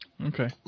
Okay